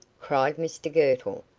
cried mr girtle,